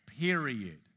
period